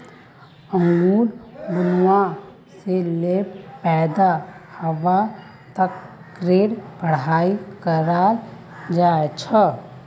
अंगूर बुनवा से ले पैदा हवा तकेर पढ़ाई कराल जा छे